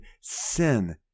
sin